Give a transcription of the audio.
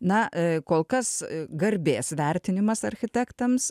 na kol kas garbės vertinimas architektams